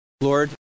Lord